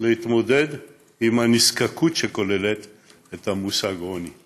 להתמודד עם נזקקות שכוללת את המושג "עוני".